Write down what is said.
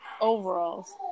overalls